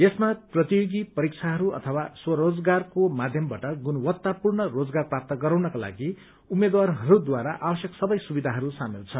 यसमा प्रतियोगी परीक्षाहरू अथवा स्वरोजगारको माध्यमावाट गुणवत्तापूर्ण रोजगार प्राप्त गराउनका लागि उम्मेद्वारहरूद्वारा आवश्यक सबै सुविधाहरू सामेल छन्